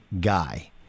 guy